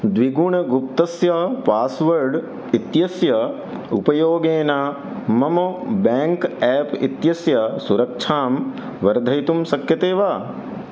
द्विगुणगुप्तस्य password इत्यस्य उपयोगेन मम बेङ्क् एप् इत्यस्य सुरक्षां वर्धयितुं शक्यते वा